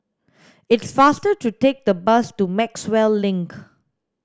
it's faster to take the bus to Maxwell Link